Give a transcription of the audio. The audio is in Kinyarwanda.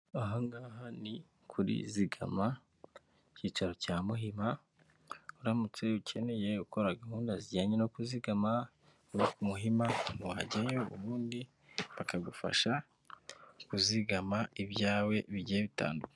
Aha ngaha ni kuri zigama. Icyicaro cya Muhima, uramutse ukeneye ukora gahunda zijyanye no kuzigama ku Muhima, wajyayo ubundi bakagufasha kuzigama ibyawe bigiye bitandukanye.